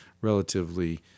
relatively